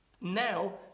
Now